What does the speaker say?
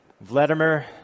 Vladimir